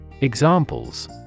Examples